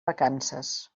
vacances